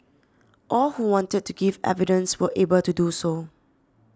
all who wanted to give evidence were able to do so